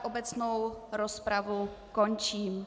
Obecnou rozpravu končím.